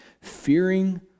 fearing